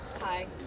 Hi